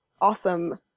awesome